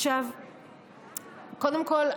קודם כול,